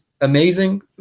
amazing